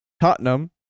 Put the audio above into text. Tottenham